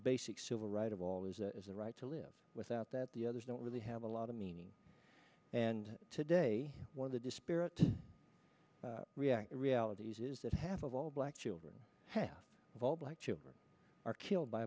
basic civil right of all is that is the right to live without that the others don't really have a lot of meaning and today one of the disparate react realities is that half of all black children half of all black children are killed by